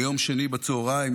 ביום שני בצוהריים,